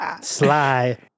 Sly